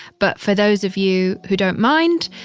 but for those of you who don't mind,